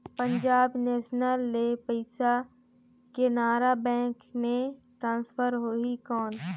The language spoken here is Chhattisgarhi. पंजाब नेशनल ले पइसा केनेरा बैंक मे ट्रांसफर होहि कौन?